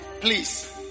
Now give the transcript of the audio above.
please